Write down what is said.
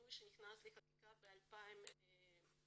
שינוי שנכנס לחקיקה ב-2020.